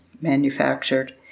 manufactured